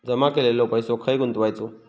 जमा केलेलो पैसो खय गुंतवायचो?